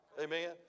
amen